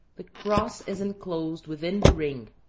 the cross is enclosed within the ring,